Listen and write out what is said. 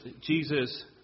Jesus